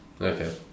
Okay